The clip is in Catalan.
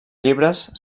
llibres